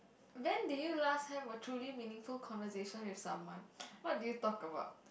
when did you last have a truly meaningful conversation with someone what did you talk about